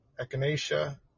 echinacea